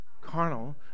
carnal